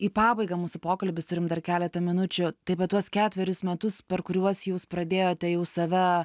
į pabaigą mūsų pokalbis turim dar keletą minučių tai apie tuos ketverius metus per kuriuos jūs pradėjote jau save